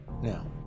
Now